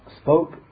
spoke